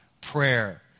prayer